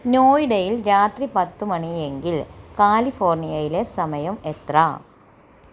നോയിഡയിൽ രാത്രി പത്തുമണി എങ്കിൽ കാലിഫോർണിയയിലെ സമയം എത്ര